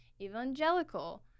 Evangelical